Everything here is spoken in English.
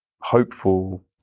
hopeful